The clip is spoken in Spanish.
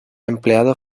empleado